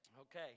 Okay